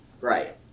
Right